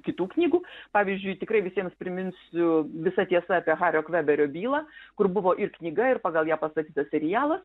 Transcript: kitų knygų pavyzdžiui tikrai visiems priminsiu visa tiesa apie hario kveberio bylą kur buvo ir knyga ir pagal ją pastatytas serialas